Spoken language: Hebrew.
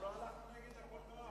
אנחנו לא נגד החוק.